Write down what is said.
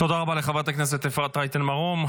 תודה רבה לחברת הכנסת אפרת רייטן מרום.